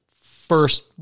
first